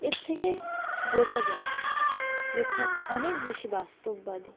এর থেকে বোঝা যায় লেখক অনেক বেশি বাস্তববাদী